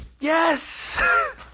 Yes